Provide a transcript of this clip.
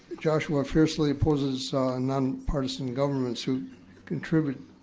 joshua fiercely opposes nonpartisan governments who contribute,